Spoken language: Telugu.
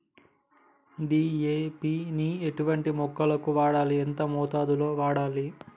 డీ.ఏ.పి ని ఎటువంటి మొక్కలకు వాడాలి? ఎంత మోతాదులో వాడాలి?